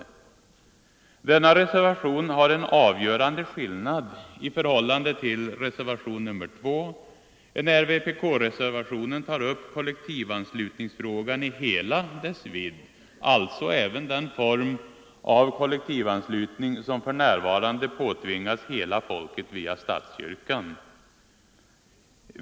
I den reservationen finns en avgörande skillnad i förhållande till reservationen 2, eftersom vpk-reservationen tar upp kollektivanslutningen i hela dess vidd, alltså även den form av kollektivanslutning som för närvarande påtvingas hela folket via statskyrkan.